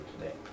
today